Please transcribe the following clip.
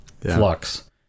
flux